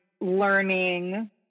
learning